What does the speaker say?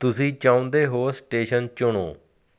ਤੁਸੀਂ ਚਾਹੁੰਦੇ ਹੋ ਸਟੇਸ਼ਨ ਚੁਣੋ